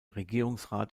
regierungsrat